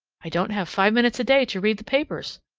i don't have five minutes a day to read the papers.